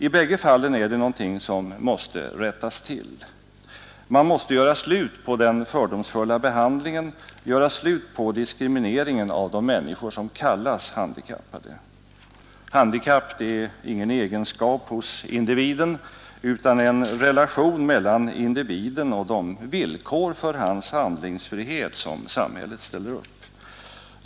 I bägge fallen är det något som måste rättas till. Man måste göra slut på den fördomsfulla behandlingen och diskrimineringen av de människor som kallas handikappade. Handikapp — det är ingen egenskap hos individen, utan en relation mellan individen och de villkor för hans handlingsfrihet som samhället ställer upp.